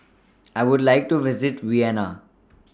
I Would like to visit Vienna